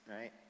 right